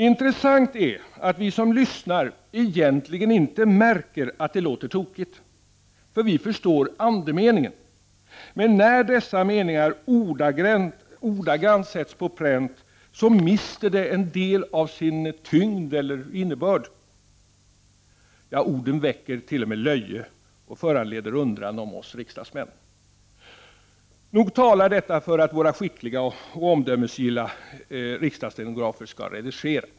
Intressant är att vi som lyssnar egentligen inte märker att det låter tokigt, för vi förstår andemeningen. Men när dessa meningar ordagrant sätts på pränt mister orden en del av sin ”tyngd” eller sin innebörd, ja orden väcker t.o.m. löje och föranleder undran om oss riksdagsmän. Nog talar detta för att våra skickliga och omdömesgilla riksdagsstenografer skall redigera.